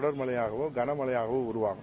தொடர் மழையாகவோ களமழையாகவோ உருவாகும்